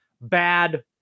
Bad